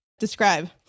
describe